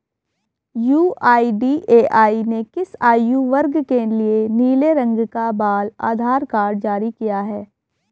UIDAI ने किस आयु वर्ग के लिए नीले रंग का बाल आधार कार्ड जारी किया है?